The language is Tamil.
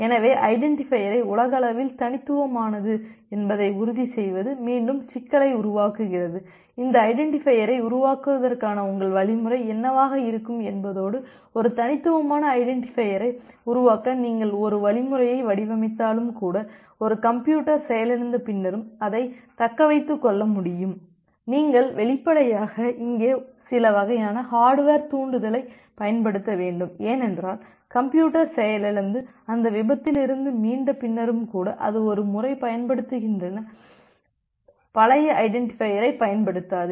எனவே ஐடென்டிட்டிபையரையை உலகளவில் தனித்துவமானது என்பதை உறுதிசெய்வது மீண்டும் சிக்கலை உருவாக்குகிறது அந்த ஐடென்டிட்டிபையரை உருவாக்குவதற்கான உங்கள் வழிமுறை என்னவாக இருக்கும் என்பதோடு ஒரு தனித்துவமான ஐடென்டிட்டிபையரை உருவாக்க நீங்கள் ஒரு வழிமுறையை வடிவமைத்தாலும் கூட ஒரு கம்ப்யூட்டர் செயலிழந்த பின்னரும் அதைத் தக்க வைத்துக் கொள்ள முடியும் நீங்கள் வெளிப்படையாக இங்கே சில வகையான ஹர்டுவேர் தூண்டுதலைப் பயன்படுத்த வேண்டும் ஏனென்றால் கம்ப்யூட்டர் செயலிழந்து அந்த விபத்தில் இருந்து மீண்ட பின்னரும் கூட அது ஒரு முறை பயன்படுத்தப்படுகின்ற பழைய ஐடென்டிட்டிபையரைப் பயன்படுத்தாது